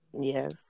yes